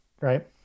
right